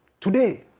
today